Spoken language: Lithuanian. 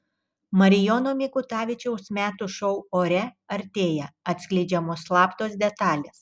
marijono mikutavičiaus metų šou ore artėja atskleidžiamos slaptos detalės